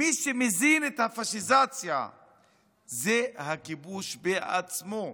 מי שמזין את הפשיזציה זה הכיבוש בעצמו.